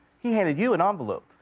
he handed you an envelope.